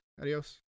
Adios